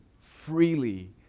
freely